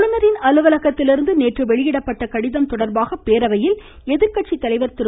ஆளுநரின் அலுவலகத்திலிருந்து நேற்று வெளியிடப்பட்ட கடிதம் தொடர்பாக பேரவையில் எதிர்க்கட்சித்தலைவர் திரு